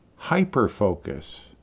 Hyperfocus